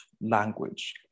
language